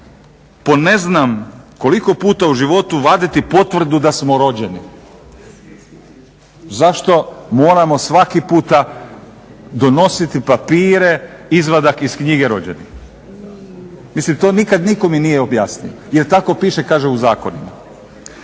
po ne znam koliko puta u životu vaditi potvrdu da smo rođeni? Zašto moramo svaki puta donositi papire izvadak iz knjige rođenih? Mislim to nikada nitko mi nije objasnio jer tako piše kaže u zakonima.